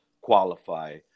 qualify